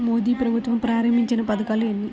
మోదీ ప్రభుత్వం ప్రారంభించిన పథకాలు ఎన్ని?